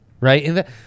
right